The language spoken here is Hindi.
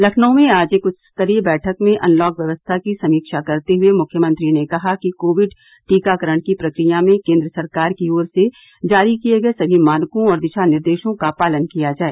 लखनऊ में आज एक उच्च स्तरीय बैठक में अनलॉक व्यवस्था की समीक्षा करते हुए मुख्यमंत्री ने कहा कि कोविड टीकाकरण की प्रकिया में केंद्र सरकार की ओर से जारी किए गए सभी मानकों और दिशा निर्देशों का पालन किया जाए